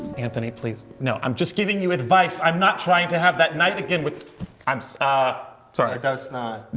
anthony please. no, i'm just giving you advice. i'm not trying to have that night again with i'm so ah sorry, i got snot.